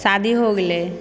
शादी हो गेले